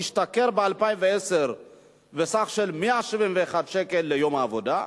השתכר ב-2010 171 שקל ליום עבודה,